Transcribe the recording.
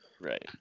Right